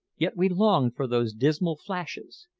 yet we longed for those dismal flashes,